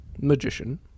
magician